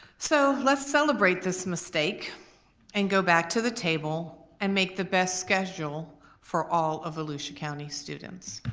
so let's celebrate this mistake and go back to the table and make the best schedule for all of volusia county students.